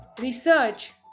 research